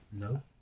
No